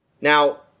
Now